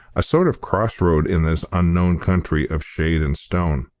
a sort of cross-road in this unknown country of shade and stone.